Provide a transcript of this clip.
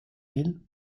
fil